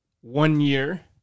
one-year